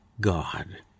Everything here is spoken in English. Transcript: God